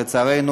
לצערנו,